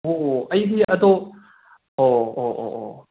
ꯑꯣ ꯑꯩꯗꯤ ꯑꯗꯣ ꯑꯣ ꯑꯣ ꯑꯣ ꯑꯣ